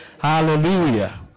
Hallelujah